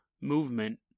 movement